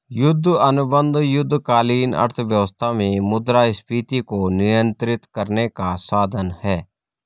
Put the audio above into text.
युद्ध अनुबंध युद्धकालीन अर्थव्यवस्था में मुद्रास्फीति को नियंत्रित करने का साधन हैं